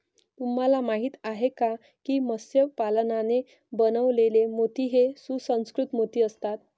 तुम्हाला माहिती आहे का की मत्स्य पालनाने बनवलेले मोती हे सुसंस्कृत मोती असतात